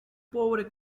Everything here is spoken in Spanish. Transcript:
pobre